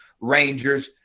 rangers